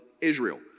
Israel